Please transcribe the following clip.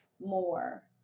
more